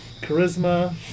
charisma